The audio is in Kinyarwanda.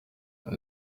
izi